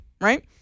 right